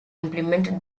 implemented